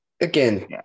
Again